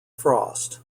frost